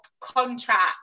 contract